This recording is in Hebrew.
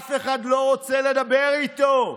אף אחד לא רוצה לדבר איתו.